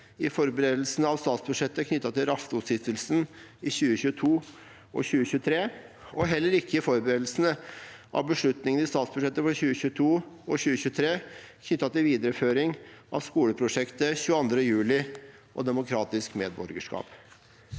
i forberedelsene av statsbudsjettet knyttet til Raftostiftelsen i 2022 og 2023, og heller ikke i forberedelsene av beslutninger i statsbudsjettet for 2022 og 2023 knyttet til videreføring av skoleprosjektet «22. juli og demokratisk medborgerskap».